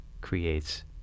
creates